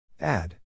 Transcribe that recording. Add